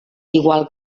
igual